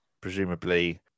Presumably